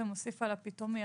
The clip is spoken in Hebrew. מוסיף על "פתאומי".